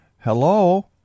hello